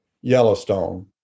yellowstone